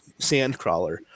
Sandcrawler